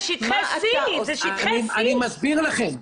זה שטחי C. אני מסביר לכם,